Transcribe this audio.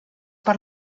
per